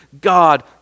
God